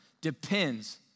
depends